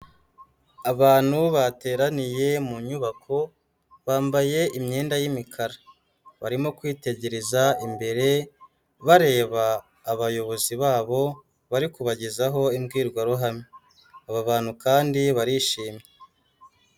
Abantu bateraniye mu nyubako, bambaye imyenda y'imikara, barimo kwitegereza imbere bareba abayobozi babo bari kubagezaho imbwirwaruhame, aba bantu kandi barishimye.